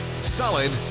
solid